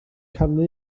canu